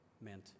meant